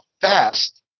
fast